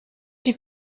die